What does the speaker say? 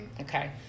okay